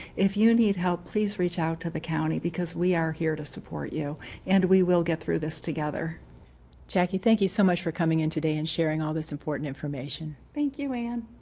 if you need help please reach out to the county because we are here to support you and we will get through this together checkey thank you so much for coming in today and sharing all this important information. thank you. anne.